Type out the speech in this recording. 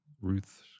Ruth